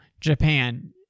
Japan